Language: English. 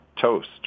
toast